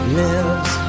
lives